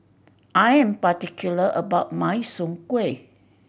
I am particular about my Soon Kueh